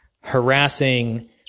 harassing